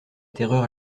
terreur